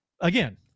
again